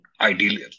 ideally